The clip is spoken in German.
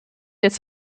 jetzt